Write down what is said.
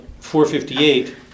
458